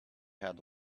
had